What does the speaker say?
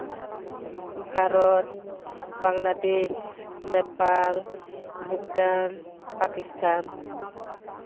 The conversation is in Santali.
ᱵᱷᱟᱨᱚᱛ ᱵᱟᱝᱞᱟᱫᱮᱥ ᱱᱮᱯᱟᱞ ᱵᱷᱩᱴᱟᱱ ᱯᱟᱠᱤᱥᱛᱷᱟᱱ